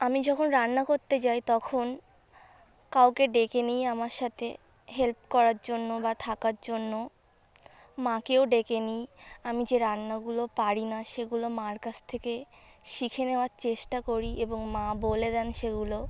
আমি যখন রান্না করতে যাই তখন কাউকে ডেকে নিই আমার সাথে হেল্প করার জন্য বা থাকার জন্য মাকেও ডেকে নিই আমি যে রান্নাগুলো পারি না সেগুলো মার কাছ থেকে শিখে নেওয়ার চেষ্টা করি এবং মা বলে দেন সেগুলো